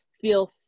feel